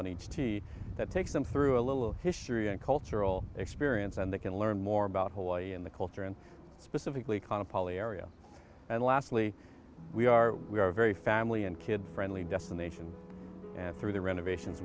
on each tee that takes them through a little history and cultural experience and they can learn more about hawaii and the culture and specifically kind of poly area and lastly we are we are very family and kid friendly destination and through the renovations